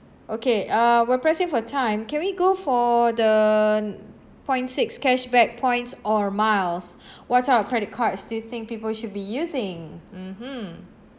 okay uh we're pressing for time can we go for the point six cashback points or miles what type of credit cards do you think people should be using mmhmm